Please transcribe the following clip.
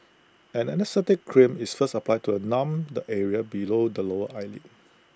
an anaesthetic cream is first applied to A numb the area below the lower eyelid